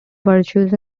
virtues